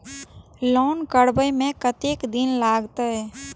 Loan करबे में कतेक दिन लागते?